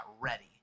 ready